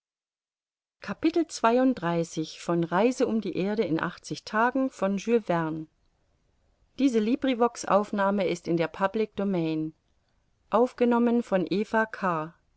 die welt in achtzig tagen ja